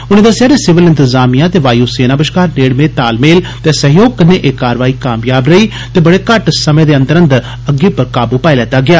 उनें दस्सेआ जे सिविल इंतजामिया ते वायु सेना बश्कार नेडमे तालमेल ते सहयोग कन्नै एह् कारवाई कामयाब रेही ते बड़े घट्ट समें अंदर गै अग्गी पर काबू पाई लैता गेआ